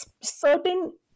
certain